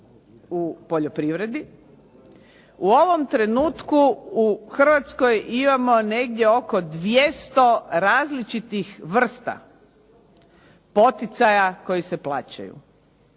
u poljoprivredi. U ovom trenutku u Hrvatskoj imamo negdje oko 200 različitih vrsta poticaja koji se plaćaju.